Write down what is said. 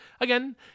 again